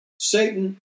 Satan